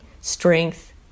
strength